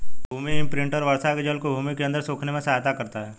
भूमि imprinter वर्षा के जल को भूमि के अंदर सोखने में सहायता करता है